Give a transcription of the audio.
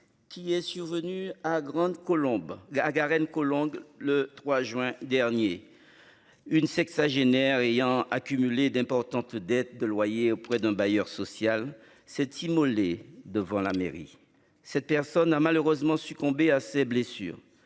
grande colombe ah Garenne-Colombes le 3 juin dernier. Une sexagénaire ayant accumulé d'importantes dettes de loyers auprès d'un bailleur social cette S'immoler devant la mairie. Cette personne a malheureusement succombé à ses blessures.